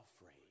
afraid